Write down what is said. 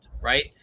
Right